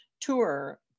tour